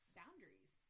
boundaries